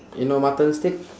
you know mutton steak